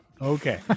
Okay